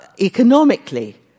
Economically